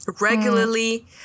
regularly